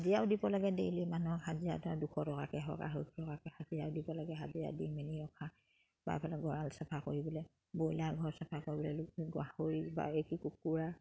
হাজিৰাও দিব লাগে ডেইলি মানুহক হাজিৰাত দুশ টকাকে হাজিৰাও দিব লাগে হাজিৰা দি মেলি ৰখা বা গঁৰাল চাফা কৰিবলে ব্ৰইলাৰ ঘৰ চাফা কৰিবলে গাহৰি বা কুকুৰা